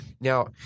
Now